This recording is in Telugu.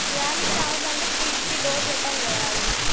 గాలికి రావద్దంటే కిటికీ డోర్ పెట్టాలి కదా అది